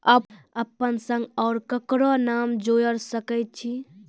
अपन संग आर ककरो नाम जोयर सकैत छी?